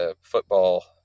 football